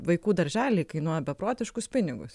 vaikų darželiai kainuoja beprotiškus pinigus